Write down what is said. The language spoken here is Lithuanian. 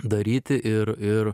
daryti ir ir